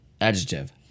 Adjective